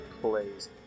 plays